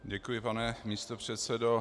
Děkuji, pane místopředsedo.